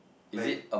like is